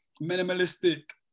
minimalistic